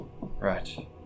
Right